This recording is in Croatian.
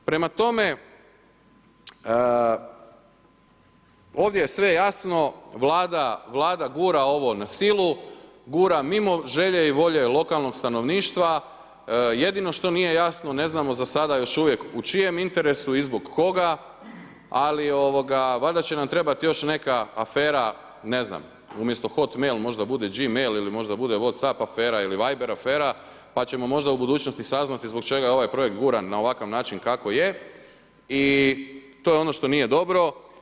Prema tome, ovdje je sve jasno, Vlada gura ovo na silu, gura mimo želje i volje lokalnog stanovništva, jedino što nije jasno, ne znamo za sada još uvijek u čijem interesu i zbog koga ali valjda će nam trebati još neka afera, ne znam, umjesto Hotmail možda bude Gmail ili možda bude Whatsapp afera ili Viber afera pa ćemo možda u budućnosti saznati zbog čega je ovaj projekt guran na ovakav način kako je i to je ono što nije dobro.